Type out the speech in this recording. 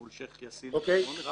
מול שייח יאסין זה היה בקרב?